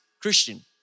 Christian